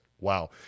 wow